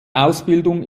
ausbildung